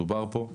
זה דובר פה.